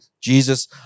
Jesus